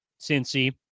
Cincy